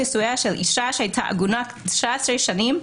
נישואיה של אישה שהייתה עגונה 19 שנים,